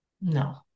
No